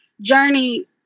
journey